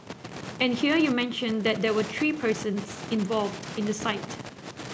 and here you mention that there were three persons involved in the site